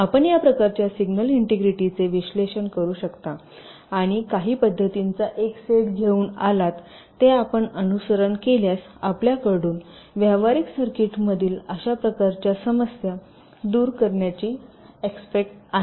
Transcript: तर आपण या प्रकारच्या सिग्नल इंटेग्रिटी चे विश्लेषण करू शकता आणि काही पध्दतींचा एक सेट घेऊन आलात जे आपण अनुसरण केल्यास आपल्याकडून व्यावहारिक सर्किटमधील अशा प्रकारच्या समस्या दूर करण्याची एक्स्पेक्ट आहे